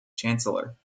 chancellor